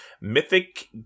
mythic